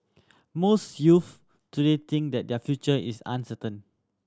most youths today think that their future is uncertain